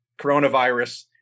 coronavirus